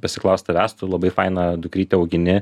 pasiklaust tavęs tu labai fainą dukrytę augini